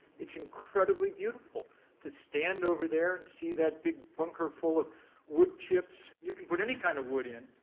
it's incredibly beautiful to stand over there and see that big bunker full of wood chips. you can put any kind of wood in,